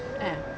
eh